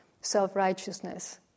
self-righteousness